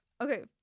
Okay